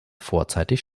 vorzeitig